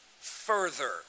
further